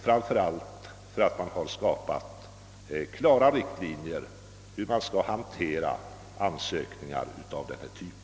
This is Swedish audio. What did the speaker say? Framför allt är jag tacksam för att man har dragit upp klara riktlinjer för hur vi skall hantera ansökningar av denna typ.